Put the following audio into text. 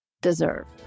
Deserve